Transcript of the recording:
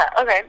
okay